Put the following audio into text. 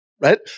right